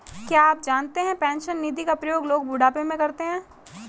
क्या आप जानते है पेंशन निधि का प्रयोग लोग बुढ़ापे में करते है?